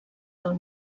del